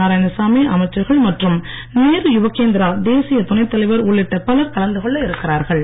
நாராயணசாமி அமைச்சர்கள் மற்றும் நேரு யுவக் கேந்திரா தேசிய துணைத்தலைவர் உள்ளிட்ட பலர் கலந்துகொள்ள இருக்கிறார்கள